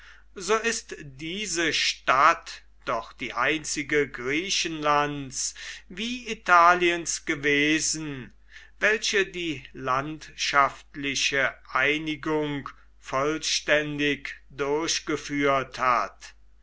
so ist diese stadt doch die einzige griechenlands wie italiens gewesen welche die landschaftliche einigung vollständig durchgeführt hat